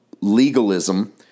legalism